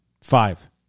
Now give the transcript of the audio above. Five